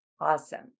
Awesome